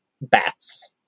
bats